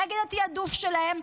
נגד התיעדוף שלהם,